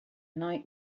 night